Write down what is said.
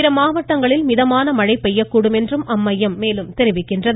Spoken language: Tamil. பிற மாவட்டங்களில் மிதமான மழை பெய்யக்கூடும் என்று அம்மையம் மேலும் தெரிவித்துள்ளது